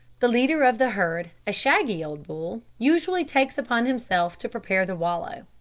the leader of the herd, a shaggy old bull, usually takes upon himself to prepare the wallow.